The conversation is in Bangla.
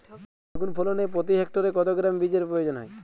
বেগুন ফলনে প্রতি হেক্টরে কত গ্রাম বীজের প্রয়োজন হয়?